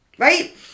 right